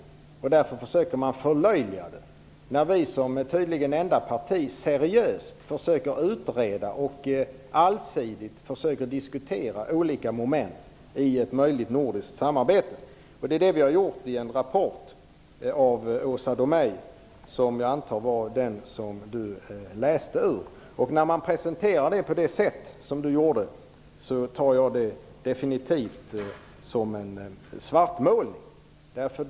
Därför försöker man förlöjliga när vi som enda parti seriöst försöker att utreda och allsidigt diskutera olika moment i ett möjligt nordiskt samarbete. Det har vi gjort i en rapport av Åsa Domeij. Jag antar att det var den som Holger Gustafsson läste ur. När detta presenteras på det sätt som Holger Gustafsson gjorde tar jag det definitivt som en svartmålning.